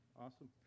awesome